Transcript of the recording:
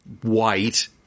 white